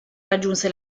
raggiunse